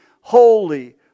holy